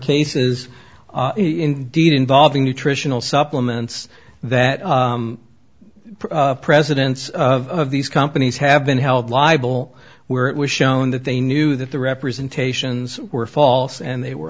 cases indeed involving nutritional supplements that presidents of these companies have been held liable where it was shown that they knew that the representations were false and they were